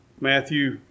Matthew